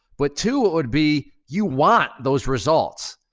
but two would be, you want those results.